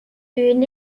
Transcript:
une